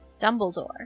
Dumbledore